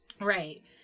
Right